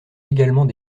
également